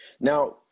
Now